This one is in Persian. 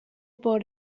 بار